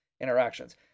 interactions